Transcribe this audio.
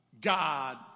God